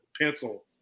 pencil